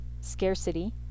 scarcity